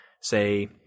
say